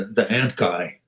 the ant guy,